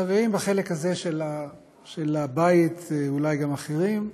החברים בחלק הזה של הבית, ואולי גם אחרים,